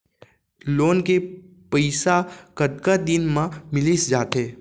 Loan के पइसा कतका दिन मा मिलिस जाथे?